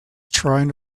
trying